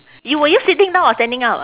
you were you sitting down or standing up